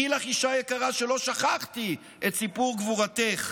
// דעי לך אישה יקרה שלא שכחתי / את סיפור גבורתך,